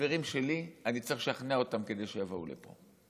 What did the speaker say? החברים שלי, אני צריך לשכנע אותם כדי שיבואו לפה.